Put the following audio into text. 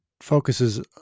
focuses